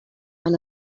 and